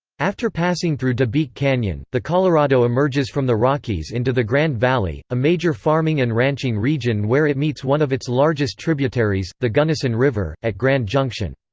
after passing through de beque canyon, the colorado emerges from the rockies into the grand valley, a major farming and ranching region where it meets one of its largest tributaries, the gunnison river, at grand junction.